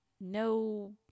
no